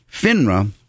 FINRA